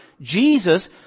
Jesus